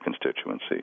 constituency